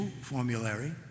formulary